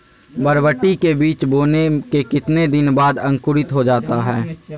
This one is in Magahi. बरबटी के बीज बोने के कितने दिन बाद अंकुरित हो जाता है?